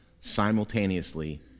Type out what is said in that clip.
simultaneously